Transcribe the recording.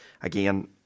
again